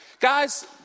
Guys